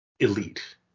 elite